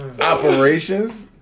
operations